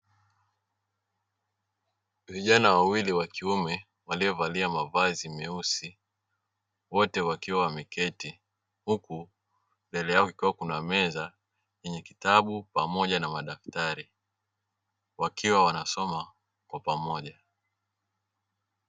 Vijana wawili wa kiume waliovalia mavazi meusi wote wakiwa wameketi huku mbele yao kukiwa kuna meza yenye kitabu pamoja na madaftari wakiwa wanasoma kwa pamoja.